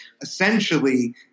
essentially